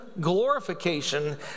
glorification